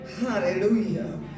Hallelujah